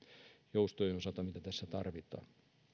joustojen osalta mitä tässä tarvitaan